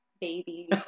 baby